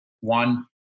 One